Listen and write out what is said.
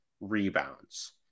rebounds